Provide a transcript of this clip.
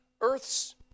Earth's